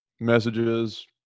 messages